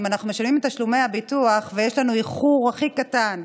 אם אנחנו משלמים את תשלומי הביטוח ויש לנו איחור הכי קטן,